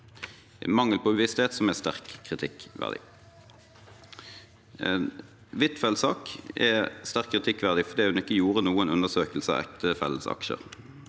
mangel på bevissthet som er sterkt kritikkverdig. Huitfeldts sak er sterkt kritikkverdig fordi hun ikke gjorde noen undersøkelser av ektefellens aksjer,